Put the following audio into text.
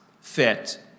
fit